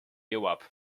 jõuab